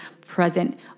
present